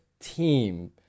team